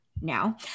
now